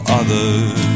others